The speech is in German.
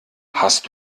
hast